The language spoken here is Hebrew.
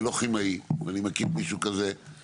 אני לא כימאי ואני מכיר מישהו כזה,